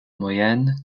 moyenne